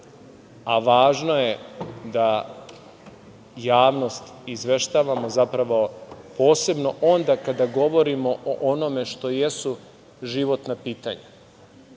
A, važno je da javnost izveštavamo, zapravo posebno onda kada govorimo o onome što jesu životna pitanja,